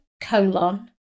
colon